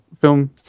film